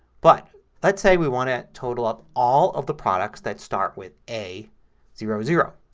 but let's say we wanted to total up all of the products that start with a zero zero.